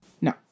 No